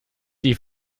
die